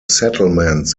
settlements